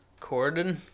Corden